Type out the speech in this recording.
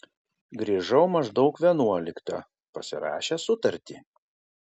grįžau maždaug vienuoliktą pasirašęs sutartį